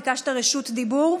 ביקשת רשות דיבור.